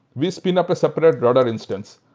we spin up a separate rudder instance.